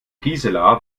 gisela